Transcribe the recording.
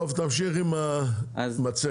טוב תמשיך עם המצגת.